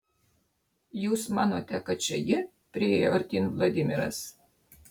jūs manote kad čia ji priėjo artyn vladimiras